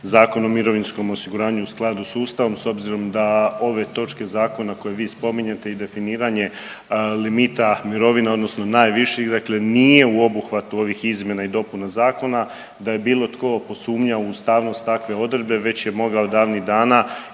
Zakon o mirovinskom osiguranju u skladu s Ustavom s obzirom da ove točke Zakona koje vi spominjete i definiranje limita mirovina, odnosno najviših dakle nije u obuhvatu ovih izmjena i dopuna Zakona, da je bilo tko posumnjao u ustavnost takve odredbe, već je mogao davnih dana